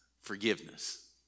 forgiveness